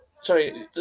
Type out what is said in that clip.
Sorry